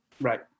Right